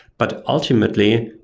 but, ultimately,